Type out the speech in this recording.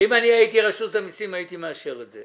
אם אני הייתי רשות המיסים, הייתי מאשר את זה.